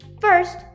First